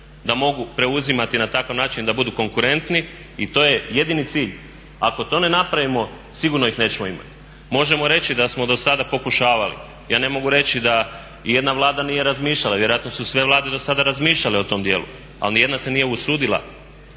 da mogu preuzimati na takav način da budu konkurentni i to je jedini cilj. Ako to ne napravimo sigurno ih nećemo imati. Možemo reći da smo do sada pokušavali. Ja ne mogu reći da i jedna Vlada nije razmišljala i vjerojatno su sve Vlade do sada razmišljale o tom dijelu ali niti jedna se nije usudila